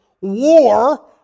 war